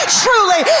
truly